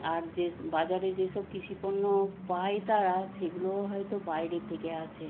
আর যেস বাজারে যেসব কৃষি পণ্য পায় তারা সেগুলোও হয়তো বাইরের থেকে আসে